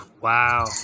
Wow